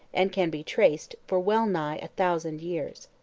and can be traced, for well nigh a thousand years.